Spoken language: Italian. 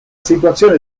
situazione